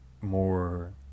more